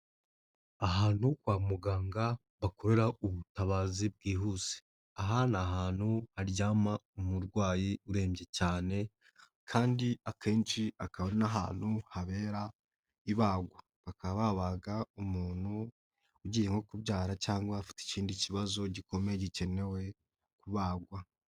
Ahantu kwa muganga bakorera ubutabazi bwihuse. Aha ni ahantu haryama umurwayi urembye cyane kandi akenshi akaba ari n'ahantu habera ibagwa, bakaba babaga umuntu ugiye nko kubyara cyangwa ufite ikindi kibazo gikomeye gikenewe kubagwa.